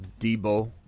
Debo